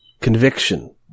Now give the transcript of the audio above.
conviction